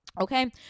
Okay